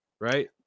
right